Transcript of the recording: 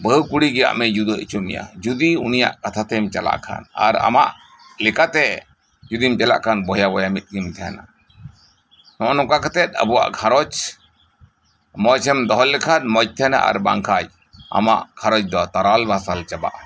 ᱵᱟᱦᱩ ᱠᱩᱲᱤ ᱜᱮ ᱟᱢᱮ ᱡᱩᱫᱟᱹ ᱦᱚᱪᱚ ᱢᱮᱭᱟ ᱡᱩᱫᱤ ᱩᱱᱤᱭᱟᱜ ᱠᱟᱛᱷᱟ ᱛᱮᱢ ᱪᱟᱞᱟᱜ ᱠᱷᱟᱱ ᱟᱨ ᱟᱢᱟᱜ ᱞᱮᱠᱟᱛᱮ ᱡᱩᱫᱤᱢ ᱪᱟᱞᱟᱜ ᱠᱷᱟᱱ ᱵᱚᱭᱦᱟ ᱵᱚᱭᱦᱟ ᱢᱤᱫ ᱜᱤᱵᱤᱱ ᱛᱟᱦᱮᱱᱟ ᱱᱚᱜᱼᱚᱭ ᱱᱚᱝᱠᱟ ᱠᱟᱛᱮᱫ ᱟᱵᱚᱣᱟᱜ ᱜᱷᱟᱨᱚᱸᱡᱽ ᱢᱚᱸᱡᱽ ᱮᱢ ᱫᱚᱦᱚ ᱞᱮᱠᱷᱟᱱ ᱢᱚᱸᱡᱽ ᱛᱟᱦᱮᱱᱟ ᱟᱨ ᱵᱟᱝ ᱠᱷᱟᱱ ᱟᱢᱟᱜ ᱜᱷᱟᱨᱚᱸᱡᱽ ᱫᱚ ᱛᱟᱨᱟᱞ ᱵᱟᱥᱟᱞ ᱪᱟᱵᱟᱜᱼᱟ